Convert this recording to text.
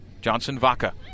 Johnson-Vaca